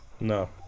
No